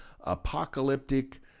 apocalyptic